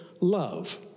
love